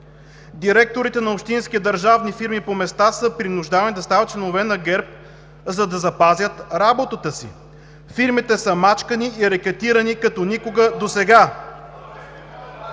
Директорите на общински държавни фирми по места са принуждавани да стават членове на ГЕРБ, за да запазят работата си. Фирмите са мачкани и рекетирани като никога досега.